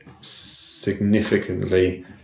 significantly